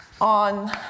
on